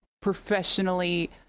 professionally